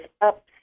up